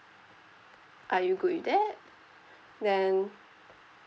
are you good with that then